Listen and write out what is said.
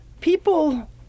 People